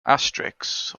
asterix